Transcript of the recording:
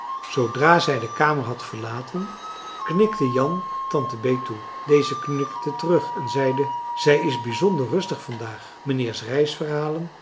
zoodra zij de kamer had verlaten knikte jan tante bee toe deze knikte terug en zeide zij is bijzonder rustig van daag mijnheers reisverhalen